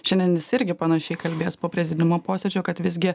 šiandien jis irgi panašiai kalbės po prezidiumo posėdžio kad visgi